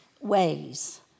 ways